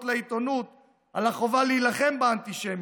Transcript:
לעיתונות על החובה להילחם באנטישמיות,